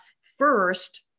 first